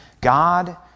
God